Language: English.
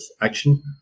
action